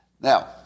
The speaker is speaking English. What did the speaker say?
Now